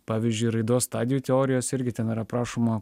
pavyzdžiui raidos stadijų teorijos irgi ten yra aprašoma